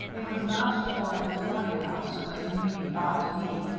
it was not toward his boarding-house, where he knew he ought to be,